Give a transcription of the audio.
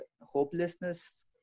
hopelessness